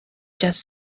just